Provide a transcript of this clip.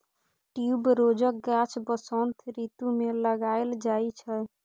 ट्युबरोजक गाछ बसंत रितु मे लगाएल जाइ छै